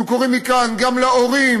אנחנו קוראים מכאן גם להורים,